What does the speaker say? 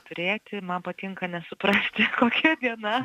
turėti man patinka nesuprasti kokia diena